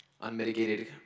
unmitigated